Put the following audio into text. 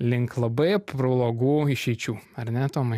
link labai pro blogų išeičių ar ne tomai